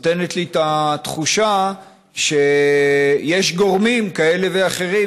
נותנת לי את התחושה שיש גורמים כאלה ואחרים,